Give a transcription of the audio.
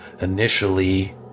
initially